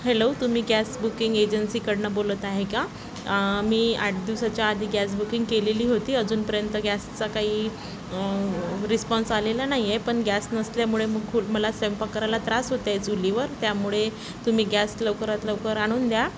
hello तुम्ही gas booking एजन्सीकडून बोलत आहे का मी आठ दिवसाच्या आधी गॅस बुकिंग केलेली होती अजूनपर्यंत गॅसचा काही रिस्पॉन्स आलेला नाही आहे पण गॅस नसल्यामुळे मग खू मला स्वयंपाक करायला त्रास होत आहे चुलीवर त्यामुळे तुम्ही गॅस लवकरात लवकर आणून द्या